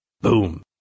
BOOM